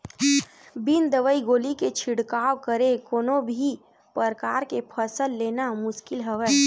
बिन दवई गोली के छिड़काव करे कोनो भी परकार के फसल लेना मुसकिल हवय